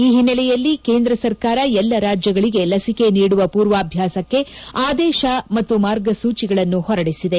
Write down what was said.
ಈ ಹಿನ್ನೆಲೆಯಲ್ಲಿ ಕೇಂದ್ರ ಸರ್ಕಾರ ಎಲ್ಲ ರಾಜ್ಯಗಳಿಗೆ ಲಸಿಕೆ ನೀಡುವ ಮೂರ್ವಾಭ್ಯಾಸಕ್ಕೆ ಆದೇಶ ಮತ್ತು ಮಾರ್ಗಸೂಚಿಗಳನ್ನು ಹೊರಡಿಸಿದೆ